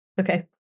okay